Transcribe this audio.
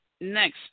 Next